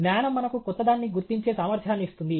జ్ఞానం మనకు క్రొత్తదాన్ని గుర్తించే సామర్థ్యాన్ని ఇస్తుంది